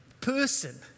person